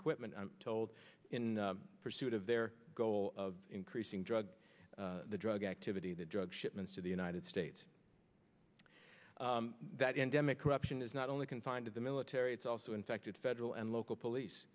equipment i'm told in pursuit of their goal of increasing drug the drug activity the drug shipments to the united states that endemic corruption is not only confined to the military it's also infected federal and local police